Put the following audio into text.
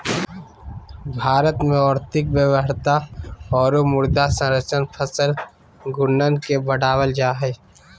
भारत में और्थिक व्यवहार्यता औरो मृदा संरक्षण फसल घूर्णन के बढ़ाबल जा हइ